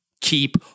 Keep